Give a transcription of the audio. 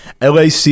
LAC